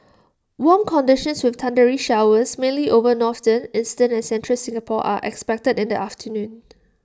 warm conditions with thundery showers mainly over northern eastern and central Singapore are expected in the afternoon